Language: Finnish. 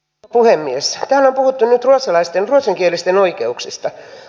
topo hengissäkään puhuttu nyt ruotsinkielisten oikeuksista